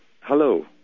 Hello